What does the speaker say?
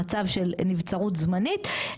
במצב של נבצרות זמנית,